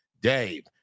dave